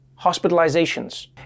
hospitalizations